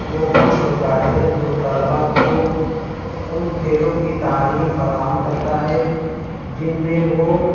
وہ فنڈ ہوتا ہے جو طلباء کو ان کھیلوں کی تعلیم فراہم کرتا ہے جن میں وہ